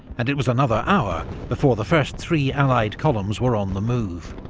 and it was another hour before the first three allied columns were on the move.